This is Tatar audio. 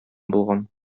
булган